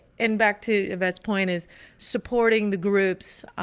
in back to events point is supporting the groups.